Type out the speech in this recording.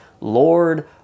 Lord